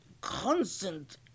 constant